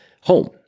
home